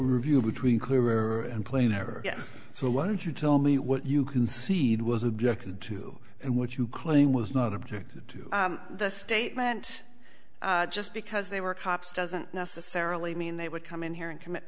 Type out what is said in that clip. reviewed between clearer and plainer yes so why don't you tell me what you concede was objected to and what you claim was not objected to the statement just because they were cops doesn't necessarily mean they would come in here and commit